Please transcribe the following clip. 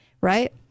right